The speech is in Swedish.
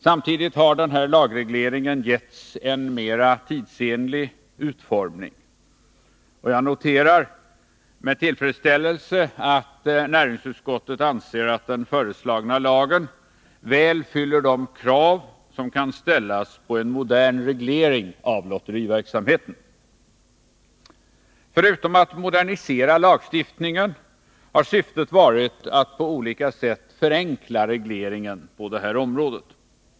Samtidigt har denna lagreglering getts en mera tidsenlig utformning. Jag noterar med tillfredsställelse att näringsutskottet anser att den föreslagna lagen väl fyller de krav som kan ställas på en modern reglering av lotteriverksamheten. Förutom att modernisera lagstiftningen har syftet varit att på olika sätt förenkla regleringen på det här området.